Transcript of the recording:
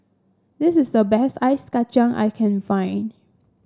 this is the best Ice Kachang I can find